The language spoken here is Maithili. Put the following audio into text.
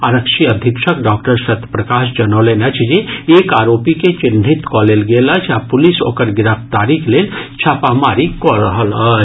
आरक्षी अधीक्षक डॉक्टर सत्य प्रकाश जनौलनि अछि जे एक आरोपी के चिन्हित कऽ लेल गेल अछि आ पुलिस ओकर गिरफ्तारीक लेल छापामारी कऽ रहल अछि